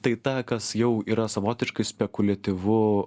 tai tą kas jau yra savotiškai spekuliatyvu